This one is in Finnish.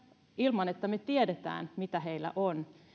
ilman että me tiedämme mitä heillä on